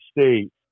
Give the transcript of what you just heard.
State